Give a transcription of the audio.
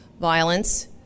Violence